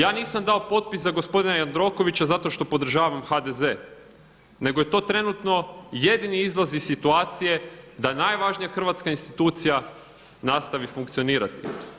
Ja nisam dao potpis za gospodina Jandrokovića zato što podržavam HDZ, nego je to trenutno jedini izlaz iz situacije da najvažnija hrvatska institucija nastavi funkcionirati.